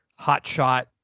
hotshot